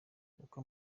uko